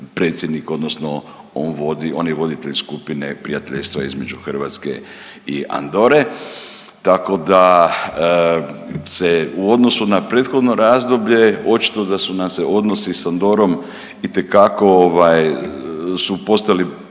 predsjednik odnosno on vodi on je voditelj Skupine prijateljstva između Hrvatske i Andore, tako da se u odnosu na prethodno razdoblje očito da su nam se odnosi sa Andorom itekako su postali